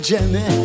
Jimmy